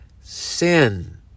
sin